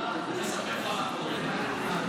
ממך, אני אספר לך מה קורה.